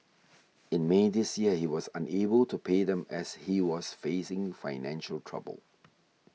in May this year he was unable to pay them as he was facing financial trouble